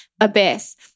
abyss